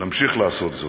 נמשיך לעשות זאת,